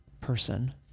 person